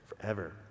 forever